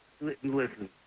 listen